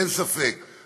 אין ספק,